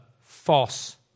false